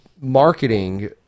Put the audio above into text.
marketing